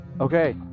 Okay